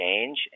change